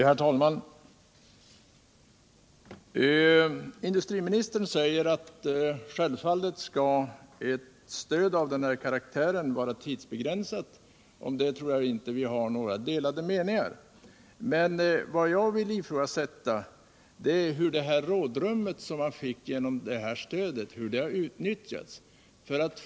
Herr talman! Industriministern säger att självfallet skall ett stöd av den här karaktären vara tidsbegränsat. Om det tror jag inte att vi har några delade meningar. Men vad jag vill ifrågasätta är om det rådrum man fick genom detta stöd utnyttjades på eu riktigt sätt.